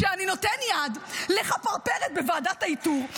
שאני נותן יד לחפרפרת בוועדת האיתור.